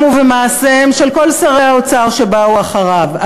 ובמעשיהם של כל שרי האוצר שבאו אחריו.